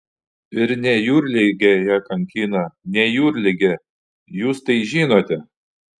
ir ne jūrligė ją kankina ne jūrligė jūs tai žinote